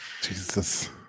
Jesus